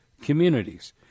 communities